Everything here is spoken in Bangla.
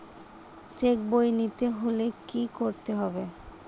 চেক বই নিতে হলে কি করতে হবে?